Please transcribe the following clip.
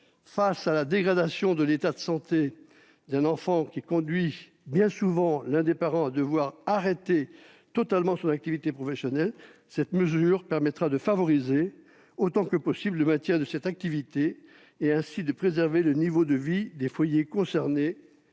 Face à la dégradation de l'état de santé d'un enfant, qui conduit bien souvent l'un des parents à arrêter totalement son activité professionnelle, cette mesure permettra de favoriser, autant que possible, le maintien de cette activité et ainsi de préserver le niveau de vie des foyers concernés,